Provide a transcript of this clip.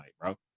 bro